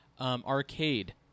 arcade